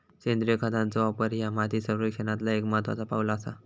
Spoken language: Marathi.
सेंद्रिय खतांचो वापर ह्या माती संरक्षणातला एक महत्त्वाचा पाऊल आसा